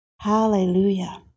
Hallelujah